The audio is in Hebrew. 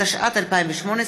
התשע"ט 2018,